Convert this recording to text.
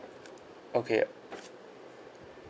okay